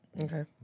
Okay